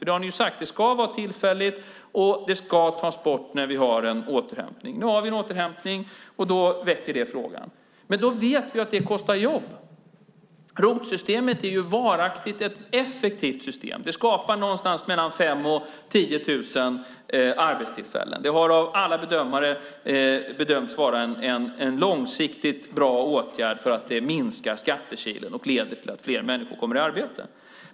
Det har ni ju sagt; det ska vara tillfälligt och det ska tas bort när vi har en återhämtning. Nu har vi en återhämtning, och då väcks frågan. Men vi vet att det kostar jobb. ROT-systemet är varaktigt ett effektivt system. Det skapar någonstans mellan 5 000 och 10 000 arbetstillfällen. Det har av alla bedömare bedömts vara en långsiktigt bra åtgärd eftersom det minskar skattekilen och leder till att fler människor kommer i arbete.